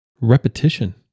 repetition